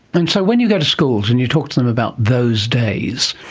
and so when you go to schools and you talk to them about those days,